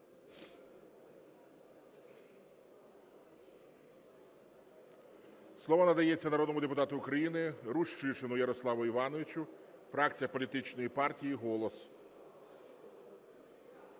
Слово надається народному депутату України Рущишину Ярославу Івановичу, фракція політичної партії "Голос".